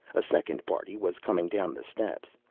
a second party was coming down the steps.